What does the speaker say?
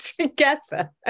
together